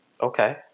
Okay